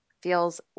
feels